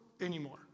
anymore